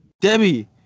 Debbie